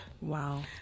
Wow